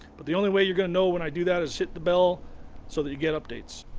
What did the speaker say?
but the only way you're gonna know when i do that is hit the bell so that you get updates!